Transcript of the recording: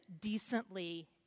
decently